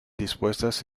dispuestas